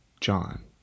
John